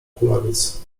kulawiec